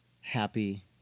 happy